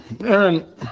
Aaron